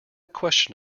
question